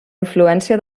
influència